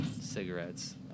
cigarettes